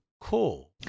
cool